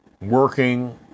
working